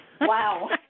Wow